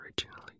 originally